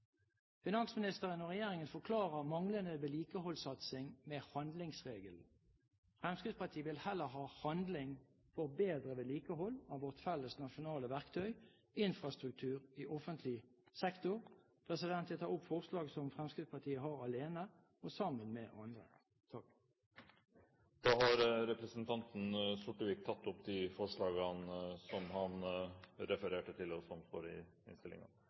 Finansministeren og regjeringen forklarer manglende vedlikeholdssatsing med handlingsregelen. Fremskrittspartiet vil heller ha handling for bedre vedlikehold av vårt felles nasjonale verktøy, infrastruktur i offentlig sektor. Jeg tar opp forslag som Fremskrittspartiet har alene og sammen med andre. Representanten Arne Sortevik har tatt opp de forslag han refererte til. Høyre mener det er viktig med økt fokus og